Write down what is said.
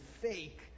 fake